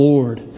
Lord